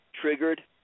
triggered